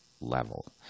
level